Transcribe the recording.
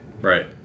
right